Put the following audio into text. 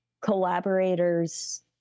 collaborators